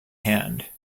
hand